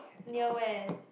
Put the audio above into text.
near where